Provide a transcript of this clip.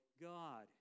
God